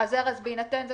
בסדר, הרבה זמן אין לנו אז